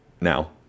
now